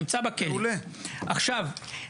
עכשיו,